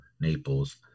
naples